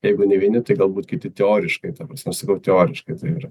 jeigu ne vieni tai galbūt kiti teoriškai ta prasme sakau teoriškai tai yra